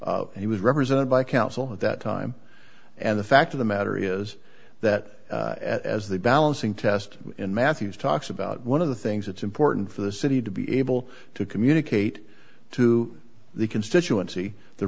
and he was represented by counsel at that time and the fact of the matter is that as the balancing test in matthews talks about one of the things it's important for the city to be able to communicate to the constituency the